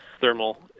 thermal